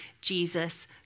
Jesus